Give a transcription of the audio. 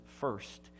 first